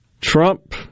Trump